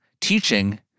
teaching